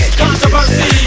controversy